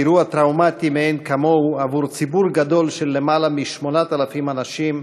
אירוע טראומטי מאין כמוהו עבור ציבור גדול של למעלה מ-8,000 אנשים,